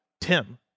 Tim